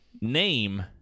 name